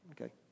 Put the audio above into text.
okay